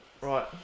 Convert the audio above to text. Right